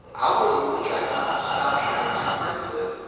i'll remove the checkmark to stop sharing my friend list,